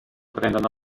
prendono